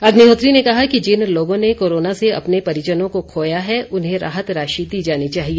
अग्निहोत्री ने कहा कि जिन लोगों ने कोरोना से अपने परिजनों को खोया है उन्हें राहत राशि दी जानी चाहिए